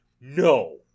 No